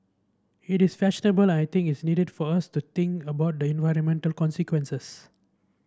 it is fashionable and I think its needed for us to think about the environmental consequences